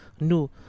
No